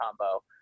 combo